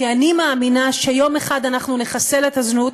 כי אני מאמינה שיום אחד אנחנו נחסל את הזנות,